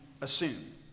assume